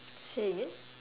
say again